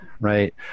Right